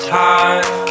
time